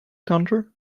counter